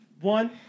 one